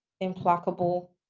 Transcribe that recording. implacable